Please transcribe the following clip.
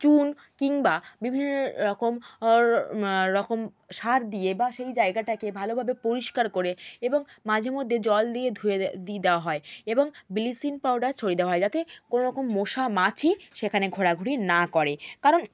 চুন কিংবা বিভিন্ন রকম অর্ রকম সার দিয়ে বা সেই জায়গাটাকে ভালোভাবে পরিষ্কার করে এবং মাঝে মধ্যে জল দিয়ে ধুয়ে দিই দেওয়া হয় এবং ব্লিচিং পাউডার ছড়িয়ে দেওয়া হয় যাতে কোনো রকম মশা মাছি সেখানে ঘোরাঘুরি না করে কারণ